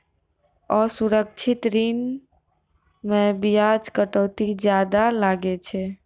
असुरक्षित ऋण मे बियाज कटौती जादा लागै छै